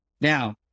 now